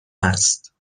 است